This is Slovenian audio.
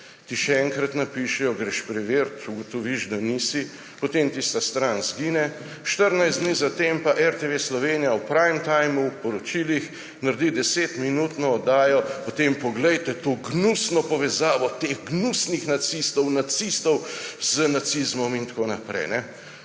ti še enkrat napišejo, greš preverit, ugotoviš, da nisi, potem tista stran izgine, 14 dni zatem pa RTV Slovenija v prime time pri poročilih naredi 10-minutno oddajo o tem − poglejte to gnusno povezavo teh gnusnih nacistov, nacistov z nacizmom itn.